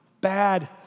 bad